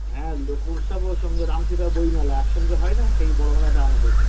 হ্যাঁ লোক উৎসব ও সঙ্গে রাম সীতা বইমেলা একসঙ্গে হয় না সেই বড় মেলাটা আমাদের